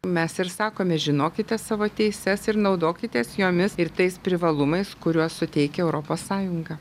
mes ir sakome žinokite savo teises ir naudokitės jomis ir tais privalumais kuriuos suteikia europos sąjunga